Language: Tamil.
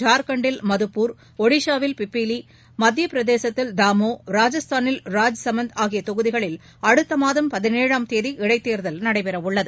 ஜார்க்கண்ட்டில் மதுப்பூர் ஒடிசாவில் பிப்பிலி மத்தியபிரதேசத்தில் டாமோ ராஜஸ்தானில் ராஜ் சமந்த் ஆகிய தொகுதிகளில் அடுத்தமாதம் பதினேழாம் தேதி இடைத்தேர்தல் நடைபெறவுள்ளது